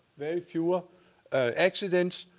very few ah accidents